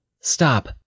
Stop